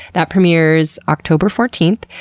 that premiers october fourteenth.